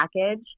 package